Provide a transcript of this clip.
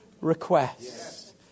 request